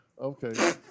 okay